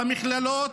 במכללות,